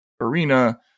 arena